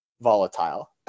volatile